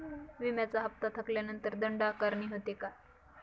विम्याचा हफ्ता थकल्यानंतर दंड आकारणी होते का?